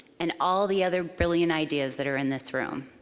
and all the other brilliant ideas that are in this room.